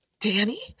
Danny